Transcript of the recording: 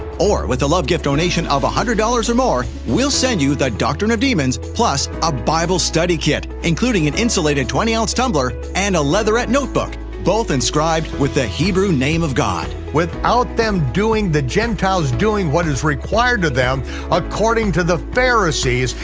or, with a love gift donation of one hundred dollars or more, we'll send you the doctrine of demons, plus a bible study kit, including an insulated twenty ounce tumbler, and a letherette notebook, both inscribed with the hebrew name of god. without them doing, the gentiles doing what is required of them according to the pharisees,